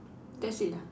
that's it ah